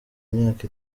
imyaka